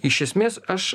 iš esmės aš